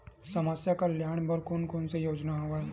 समस्या कल्याण बर कोन कोन से योजना हवय?